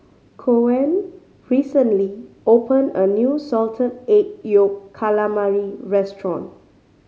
Coen recently opened a new Salted Egg Yolk Calamari restaurant